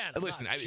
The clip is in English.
Listen